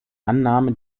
annahme